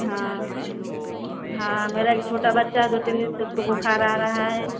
हाँ हाँ मेरा एक छोटा बच्चा है दो तीन दिन से उसको बुखार आ रहा है